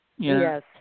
Yes